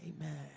amen